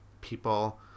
people